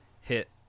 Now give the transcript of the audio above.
hit